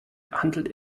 handelt